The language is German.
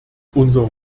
unsere